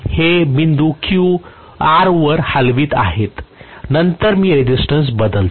हे बिंदू R हलवित आहे नंतर मी रेसिस्टन्स बदलतो